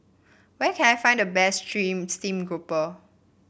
where can I find the best stream steam grouper